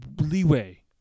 leeway